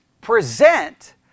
present